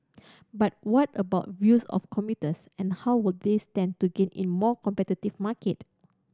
but what about views of commuters and how will they stand to gain in a more competitive market